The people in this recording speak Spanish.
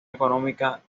económica